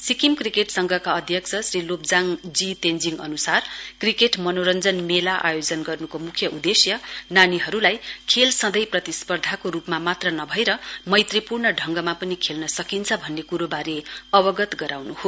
Sikkim cricket संघका अध्यक्ष श्री लोब्जाङ जी तेञ्जिङ अन्सार क्रिकेट मनोरञ्जन मेला आयोजन गर्न्को म्ख्य उदेश्यनानाहरुलाई खेल सँधै प्रतिस्पर्धाको रुपमा मात्र नभएर मैत्री पूर्ण ढंगमा पनि खेल्न सकिन्छ भन्ने क्रोवारे अवगत गराउन् हो